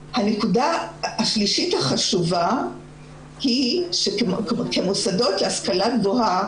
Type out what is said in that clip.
נקודה שלישית חשובה היא שכמוסדות להשכלה גבוהה